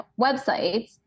websites